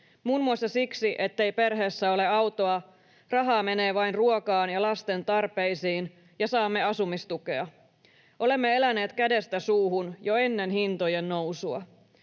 Muun muassa siksi, ettei perheessä ole autoa, rahaa menee vain ruokaan ja lasten tarpeisiin, ja saamme asumistukea. Olemme eläneet kädestä suuhun jo ennen hintojen nousua.